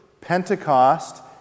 Pentecost